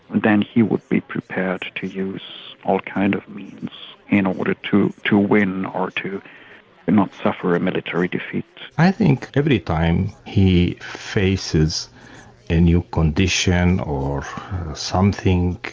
then he would be prepared to use all kind of means in order to to win or to not suffer a military defeat. i think every time he faces a new condition or something,